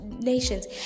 nations